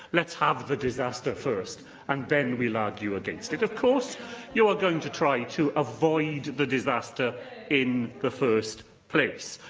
let's have the disaster first and then we'll argue against it of course you are going to try to avoid the disaster in the first place,